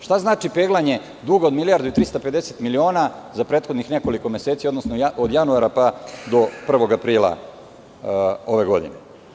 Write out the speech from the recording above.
Šta znači peglanje duga od 1.350.000.000 miliona za prethodnih nekoliko meseci, odnosno od januara pa do 1. aprila ove godine?